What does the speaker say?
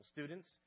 Students